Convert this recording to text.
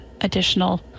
additional